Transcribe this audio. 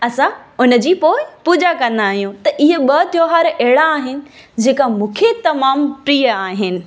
असां उन जी पोइ पूॼा कंदा आहियूं त इहे ॿ त्योहार अहिड़ा आहिनि जेका मूंखे तमामु प्रिय आहिनि